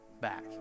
back